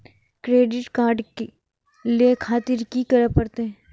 Credit card ले खातिर की करें परतें?